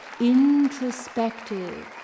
introspective